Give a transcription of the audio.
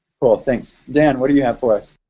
cool, thanks. dan, what do you have for us?